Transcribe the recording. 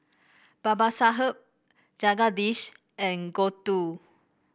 Babasaheb Jagadish and Gouthu